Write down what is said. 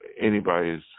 anybody's